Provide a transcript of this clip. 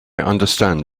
understand